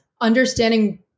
understanding